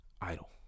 idle